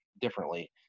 differently